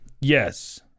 Yes